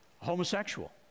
homosexual